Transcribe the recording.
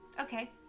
okay